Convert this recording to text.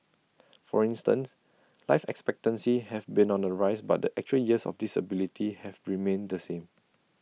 for instance life expectancy have been on the rise but the actual years of disability have remained the same